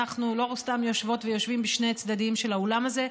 אנחנו לא סתם יושבות ויושבים בשני צדדים של האולם הזה,